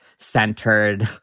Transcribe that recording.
centered